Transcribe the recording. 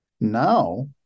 Now